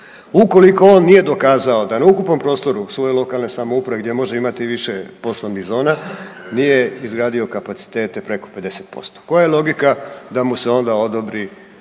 ukoliko on nije dokazao da na ukupnom prostoru svoje lokalne samouprave gdje može imati više poslovnih zona nije izgradio kapacitete preko 50%. Koja je logika da mu se onda odobri